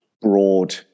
broad